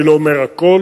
אני לא אומר הכול,